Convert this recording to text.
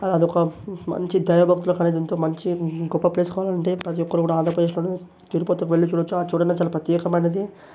అదొక మంచి దైవ భక్తులకనేది అదెంతో మంచి గొప్ప ప్లేస్ కావాలంటే ప్రతీ ఒక్కరు కూడా ఆంధ్రప్రదేశ్లోని తిరుపతికి వెళ్ళి చూడచ్చు చూడంగా చాలా ప్రత్యేకమైనది